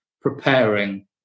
preparing